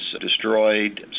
destroyed